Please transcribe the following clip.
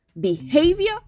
behavior